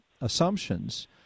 assumptions